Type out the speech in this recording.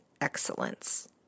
excellence